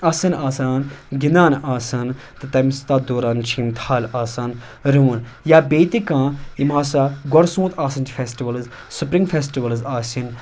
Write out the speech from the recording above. اسان آسان گِنٛدان آسان تہٕ تَمہِ تَتھ دوران چھِ یِم تھَل آسان رُووان یا بیٚیہِ تہِ کانٛہہ یِم ہَسا گۄڈ سونٛتھ آسان چھِ فیٚسٹِوَلٕز سپرِنٛگ فیٚسٹِوَلٕز آسن